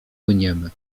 płyniemy